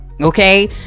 Okay